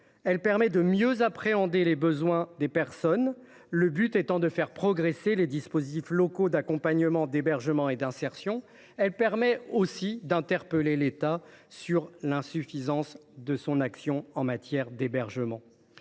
permet aussi de mieux appréhender les besoins des personnes décomptées, afin de faire progresser les dispositifs d’accompagnement, d’hébergement et d’insertion. Elle permet également d’interpeller l’État sur l’insuffisance de son action en matière d’hébergement.